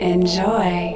Enjoy